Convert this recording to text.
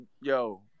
Yo